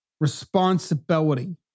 responsibility